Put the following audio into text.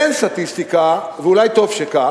אין סטטיסטיקה, ואולי טוב שכך,